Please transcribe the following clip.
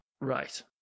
Right